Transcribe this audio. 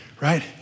right